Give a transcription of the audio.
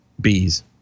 bees